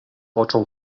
oczom